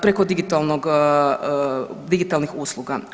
Preko digitalnih usluga.